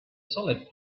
solid